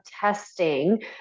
testing